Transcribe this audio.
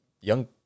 young